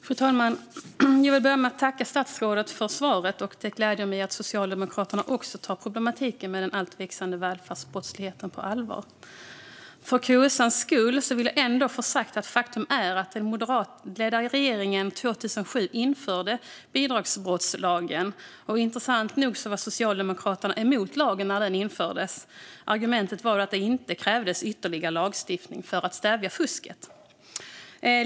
Fru talman! Jag vill börja med att tacka statsrådet för svaret. Det gläder mig att även Socialdemokraterna tar problematiken med den alltmer växande välfärdsbrottsligheten på allvar. Som kuriosa kan nämnas det faktum att den moderatledda regeringen införde bidragsbrottslagen 2007. Intressant nog var Socialdemokraterna emot lagen när den infördes. Argumentet var att det inte krävdes ytterligare lagstiftning för att stävja fusket.